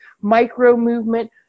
micro-movement